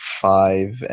five